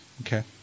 Okay